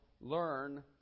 learn